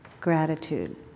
gratitude